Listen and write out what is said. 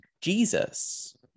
Jesus